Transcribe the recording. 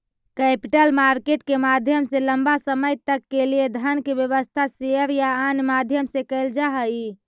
capital market के माध्यम से लंबा समय तक के लिए धन के व्यवस्था शेयर या अन्य माध्यम से कैल जा हई